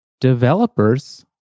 developers